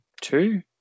Two